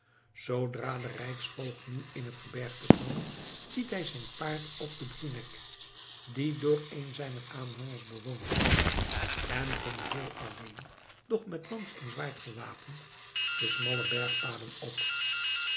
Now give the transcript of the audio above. zoodra de rijksvoogd nu in het gebergte kwam liet hij zijn paard op den bruneck die door een zijner aanhangers bewoond was en ging heel alleen doch met lans en zwaard gewapend de smalle bergpaden op